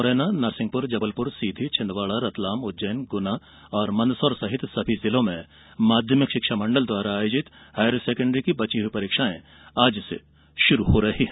मुरैना नरसिंहपुर जबलपुर सीधी छिन्दवाड़ा रतलाम उज्जैनगुना मंदसौर सहित सभी जिलों में माध्यमिक शिक्षा मंडल द्वारा आयोजित हायर सेकेण्डरी की बची हुई परीक्षाएं आज से शुरू हो रही है